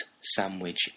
sandwich